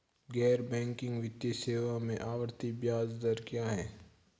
गैर बैंकिंग वित्तीय सेवाओं में आवर्ती ब्याज दर क्या है?